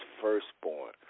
firstborn